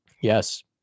Yes